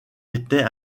était